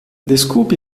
desculpe